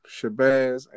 Shabazz